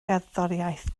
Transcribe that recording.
gerddoriaeth